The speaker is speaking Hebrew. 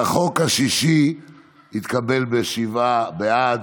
אז החוק השישי התקבל, שבעה בעד,